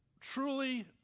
truly